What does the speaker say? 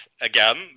again